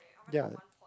ya